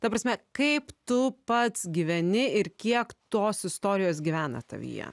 ta prasme kaip tu pats gyveni ir kiek tos istorijos gyvena tavyje